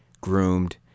groomed